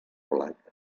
blat